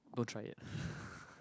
go try it